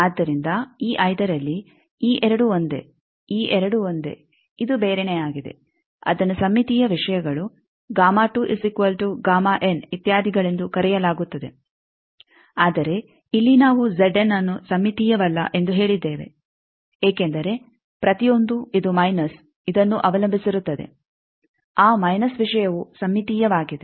ಆದ್ದರಿಂದ ಈ ಐದರಲ್ಲಿ ಈ ಎರಡು ಒಂದೇ ಈ ಎರಡು ಒಂದೇ ಇದು ಬೇರೆನೆ ಆಗಿದೆ ಅದನ್ನು ಸಮ್ಮಿತೀಯ ವಿಷಯಗಳು ಇತ್ಯಾದಿಗಳೆಂದು ಕರೆಯಲಾಗುತ್ತದೆ ಆದರೆ ಇಲ್ಲಿ ನಾವು ಅನ್ನು ಸಮ್ಮಿತೀಯವಲ್ಲ ಎಂದು ಹೇಳಿದ್ದೇವೆ ಏಕೆಂದರೆ ಪ್ರತಿಯೊಂದು ಇದು ಮೈನಸ್ ಇದನ್ನೂ ಅವಲಂಬಿಸಿರುತ್ತದೆ ಆ ಮೈನಸ್ ವಿಷಯವು ಸಮ್ಮಿತೀಯವಾಗಿದೆ